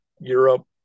Europe